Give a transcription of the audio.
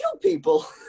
people